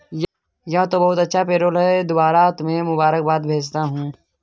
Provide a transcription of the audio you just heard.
यह तो बहुत अच्छा पेरोल है दोबारा तुम्हें मुबारकबाद भेजता हूं